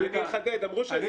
אתה